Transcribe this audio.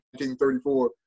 1934